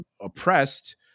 oppressed